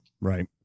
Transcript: Right